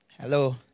Hello